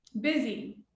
busy